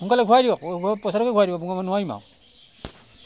সোনকালে ঘূৰাই দিয়ক পইচাটোকে ঘূৰাই দিয়ক নোৱাৰিম আৰু